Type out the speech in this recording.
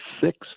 six